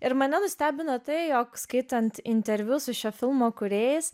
ir mane nustebino tai jog skaitant interviu su šio filmo kūrėjais